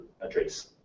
address